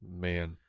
Man